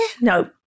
No